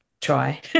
try